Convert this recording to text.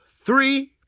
three